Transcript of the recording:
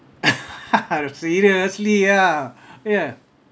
seriously ah ya